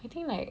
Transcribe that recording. I think like